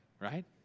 right